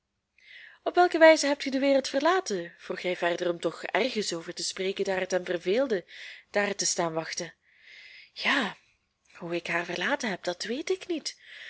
op welke wijze hebt ge de wereld verlaten vroeg hij verder om toch ergens over te spreken daar het hem verveelde daar te staan wachten ja hoe ik haar verlaten heb dat weet ik niet